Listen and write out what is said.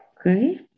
Okay